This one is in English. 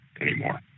anymore